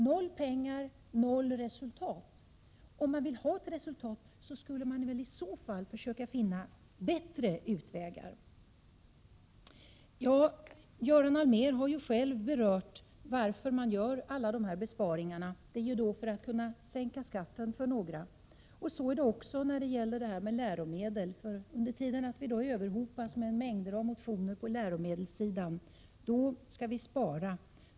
Noll pengar - inget resultat. Om man vill ha ett resultat måste man i så fall finna bättre utvägar. Göran Allmér har själv berört varför alla dessa besparingar görs, nämligen för att sänka skatten för några. Likadant är det när det gäller läromedel. Samtidigt som vi överhopas med mängder av motioner på läromedelssidan skall vi spara.